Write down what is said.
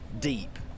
deep